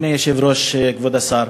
אדוני היושב-ראש, כבוד השר,